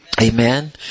Amen